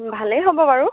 ভালেই হ'ব বাৰু